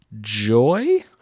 Joy